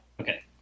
okay